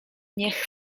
niech